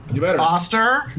Foster